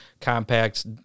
Compacts